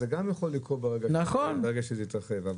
זה גם יכול לקרות ברגע שזה יתרחב.